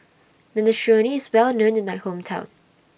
Minestrone IS Well known in My Hometown